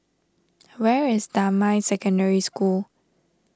where is Damai Secondary School